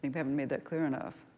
haven't made that clear enough.